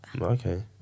Okay